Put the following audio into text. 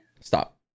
Stop